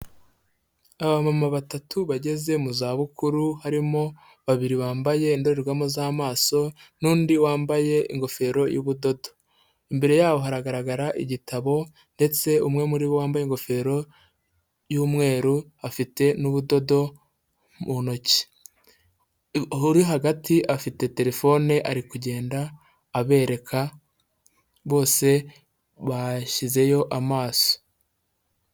Abamama batatu bageze mu zabukuru harimo babiri bambaye indorerwamo z'amaso n'undi wambaye ingofero y'ubudodo, imbere yaho hagaragara igitabo ndetse umwe muri bo wambaye ingofero y'umweru, afite n'ubudodo mu ntoki, uri hagati afite telefone ari kugenda abereka bose bashyizeyo amaso.